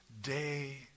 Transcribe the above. day